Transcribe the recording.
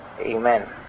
Amen